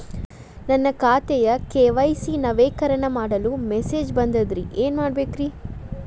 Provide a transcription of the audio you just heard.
ನನ್ನ ಖಾತೆಯ ಕೆ.ವೈ.ಸಿ ನವೇಕರಣ ಮಾಡಲು ಮೆಸೇಜ್ ಬಂದದ್ರಿ ಏನ್ ಮಾಡ್ಬೇಕ್ರಿ?